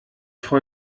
frau